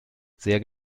sehr